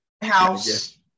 house